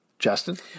Justin